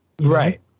Right